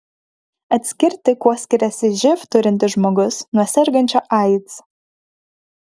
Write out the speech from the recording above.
atskirti kuo skiriasi živ turintis žmogus nuo sergančio aids